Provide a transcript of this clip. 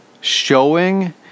showing